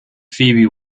phoebe